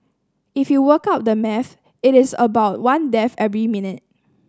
if you work out the maths it is about one death every minute